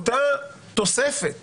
אותה תוספת